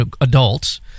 adults